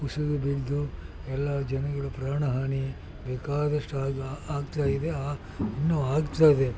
ಕುಸಿದು ಬಿದ್ದು ಎಲ್ಲ ಜನಗಳು ಪ್ರಾಣ ಹಾನಿ ಬೇಕಾದಷ್ಟು ಆಗಿ ಆಗ್ತಾ ಇದೆ ಇನ್ನು ಆಗ್ತದೆ